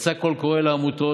יצא קול קורא לעמותות,